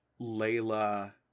Layla